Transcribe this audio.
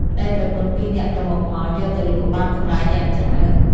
ប្តីប្រពន្ធពីរនាក់ប្រមូលផលយកទៅលក់បានកំរៃយ៉ាងច្រើន ។